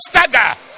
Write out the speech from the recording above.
stagger